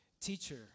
Teacher